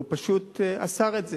והוא פשט אסר את זה,